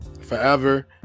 forever